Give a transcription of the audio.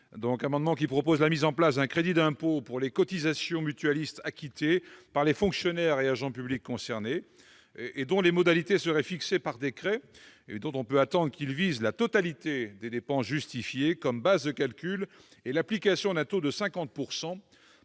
privé, il est proposé la mise en place d'un crédit d'impôt pour les cotisations mutualistes acquittées par les fonctionnaires et agents publics concernés, dont les modalités seraient fixées par décret, mais dont on peut attendre qu'il vise la totalité des dépenses justifiées comme base de calcul et l'application d'un taux de 50